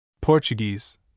Portuguese